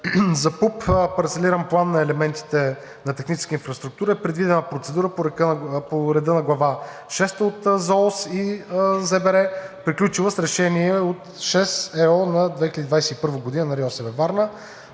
За ПУП – парцеларен план на елементите на техническата инфраструктура, е предвидена процедура по реда на Глава VI от ЗООС и ЗБР, приключила с решение от 6/ЕО на 2021 г. на РИОСВ – Варна.